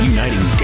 Uniting